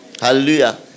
hallelujah